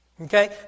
Okay